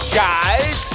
guys